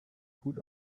gut